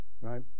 right